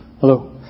Hello